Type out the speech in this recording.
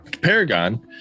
paragon